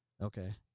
Okay